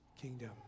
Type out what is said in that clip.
kingdom